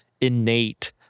innate